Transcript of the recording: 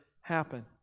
happen